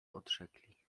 odrzekli